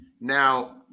Now